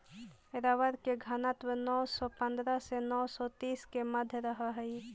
rubber के घनत्व नौ सौ पंद्रह से नौ सौ तीस के मध्य रहऽ हई